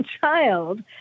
child